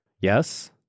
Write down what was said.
Yes